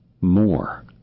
more